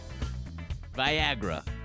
Viagra